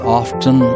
often